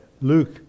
Luke